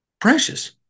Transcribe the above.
Precious